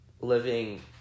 living